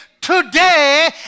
today